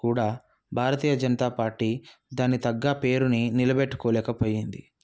కూడ భారతీయ జనతా పార్టీ దానికి తగ్గ పేరుని నిలబెట్టుకోలేకపోయింది